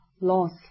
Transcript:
loss